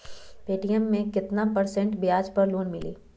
Paytm मे केतना percent ब्याज पर लोन मिली?